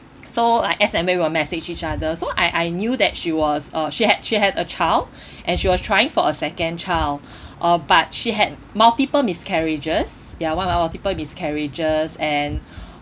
so like as and when we will message each other so I I knew that she was uh she had she had a child and she was trying for a second child uh but she had multiple miscarriages ya what about multiple miscarriages and